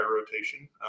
rotation